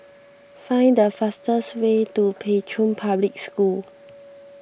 find the fastest way to Pei Chun Public School